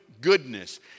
goodness